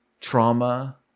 trauma